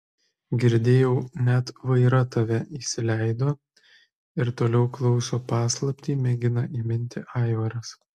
girdėjau net vaira tave įsileido ir toliau klauso paslaptį mėgina įminti aivaras